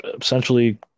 essentially